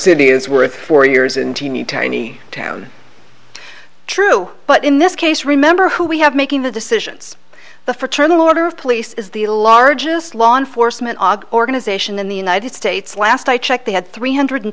city is worth four years in teeny tiny town true but in this case remember who we have making the decisions the fraternal order of police is the largest law enforcement organization in the united states last i checked they had three hundred